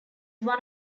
one